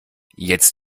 jetzt